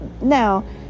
now